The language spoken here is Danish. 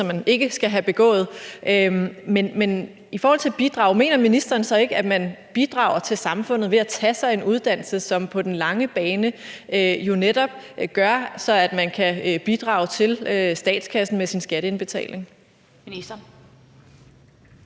man ikke skal have begået. Men i forhold til at bidrage mener ministeren så ikke, at man bidrager til samfundet ved at tage sig en uddannelse, som på den lange bane jo netop gør, at man kan bidrage til statskassen med sin skatteindbetaling?